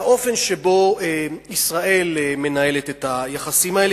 לאופן שבו ישראל מנהלת את היחסים האלה,